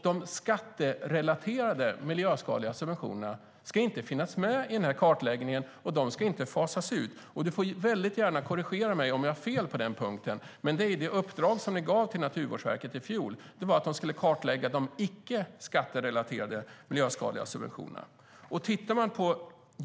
De skatterelaterade miljöskadliga subventionerna ska inte finnas med i kartläggningen, och de ska inte fasas ut. Du får väldigt gärna korrigera mig om jag har fel på den punkten. Men det uppdrag som ni gav till Naturvårdsverket i fjol var att man skulle kartlägga de icke skatterelaterade miljöskadliga subventionerna.